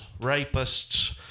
rapists